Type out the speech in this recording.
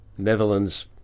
Netherlands